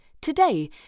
today